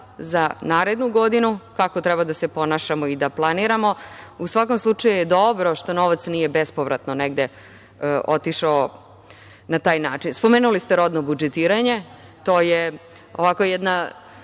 za narednu godinu, kako treba da se ponašamo i planiramo. U svakom slučaju je dobro što novac nije bespovratno negde otišao na taj način. Spomenuli ste rodno budžetiranje. To je ovako jedan